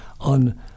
on